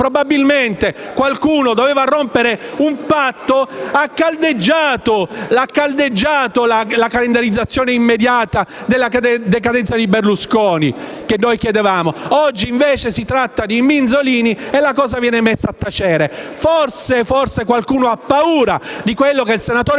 probabilmente qualcuno voleva rompere un patto, è stata caldeggiata la calendarizzazione immediata della decadenza di Berlusconi, che noi chiedevamo. Oggi si tratta di Minzolini e la cosa viene messa a tacere: forse qualcuno ha paura di quello che il senatore